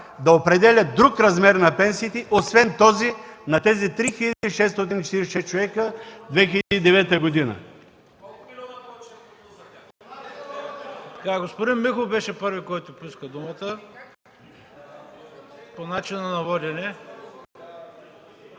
да определя друг размер на пенсиите, освен този на тези 3646 човека през 2009 г.